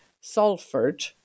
Salford